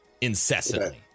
incessantly